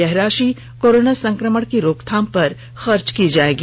यह राषि कोरोना संक्रमण की रोकथाम पर खर्च की जायेगी